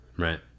right